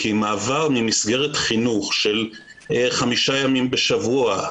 כי מעבר ממסגרת חינוך של חמישה ימים בשבוע,